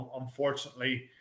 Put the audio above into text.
unfortunately